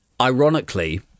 ironically